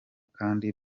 kandi